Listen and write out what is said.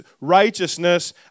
righteousness